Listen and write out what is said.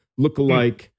lookalike